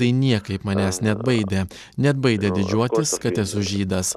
tai niekaip manęs neatbaidė neatbaidė didžiuotis kad esu žydas